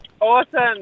Awesome